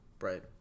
Right